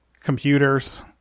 Computers